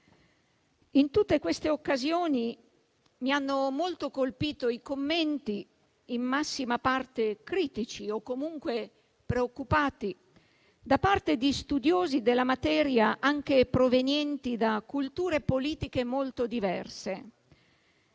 In tutte queste occasioni mi hanno molto colpito i commenti, in massima parte critici o comunque preoccupati, da parte di studiosi della materia, anche provenienti da culture politiche molto diverse.